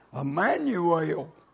Emmanuel